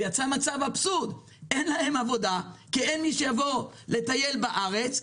ויצא מצב אבסורדי: אין להם עבודה כי אין מי שיבוא לטייל בארץ,